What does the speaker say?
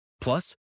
Plus